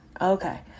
Okay